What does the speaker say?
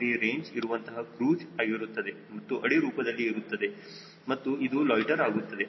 3 range ಇರುವಂತಹ cruise ಆಗಿರುತ್ತದೆ ಅದು ಅಡಿ ರೂಪದಲ್ಲಿ ಇರುತ್ತದೆ ಮತ್ತು ಇದು ಲೊಯ್ಟ್ಟೆರ್ ಆಗುತ್ತದೆ